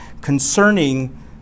concerning